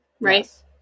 right